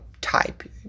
type